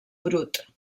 brut